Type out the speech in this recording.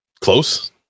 close